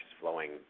flowing